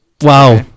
Wow